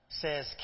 says